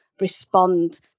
respond